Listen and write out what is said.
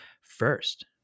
first